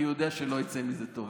כי הוא יודע שלא יצא מזה טוב.